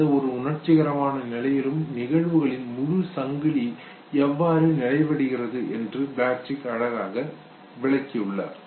எந்தவொரு உணர்ச்சிகரமான நிலையிலும் நிகழ்வுகளின் முழு சங்கிலி எவ்வாறு நிறைவடைகிறது என்பதை ப்ளட்சிக் அழகாக விளக்கியுள்ளார்